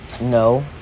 No